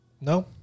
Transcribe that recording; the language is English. No